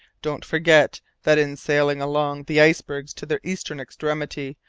don't forget that in sailing along the icebergs to their eastern extremity,